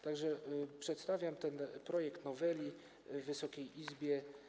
Tak że przedstawiam ten projekt noweli Wysokiej Izbie.